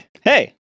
Hey